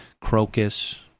crocus